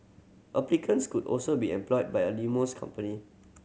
applicants could also be employed by a limousine company